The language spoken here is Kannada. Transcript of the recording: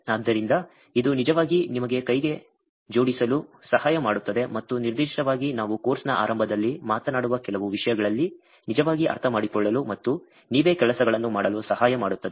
ಆದ್ದರಿಂದ ಇದು ನಿಜವಾಗಿ ನಿಮಗೆ ಕೈ ಜೋಡಿಸಲು ಸಹಾಯ ಮಾಡುತ್ತದೆ ಮತ್ತು ನಿರ್ದಿಷ್ಟವಾಗಿ ನಾವು ಕೋರ್ಸ್ನ ಆರಂಭದಲ್ಲಿ ಮಾತನಾಡುವ ಕೆಲವು ವಿಷಯಗಳಲ್ಲಿ ನಿಜವಾಗಿ ಅರ್ಥಮಾಡಿಕೊಳ್ಳಲು ಮತ್ತು ನೀವೇ ಕೆಲಸಗಳನ್ನು ಮಾಡಲು ಸಹಾಯ ಮಾಡುತ್ತದೆ